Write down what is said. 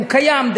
הוא קיים,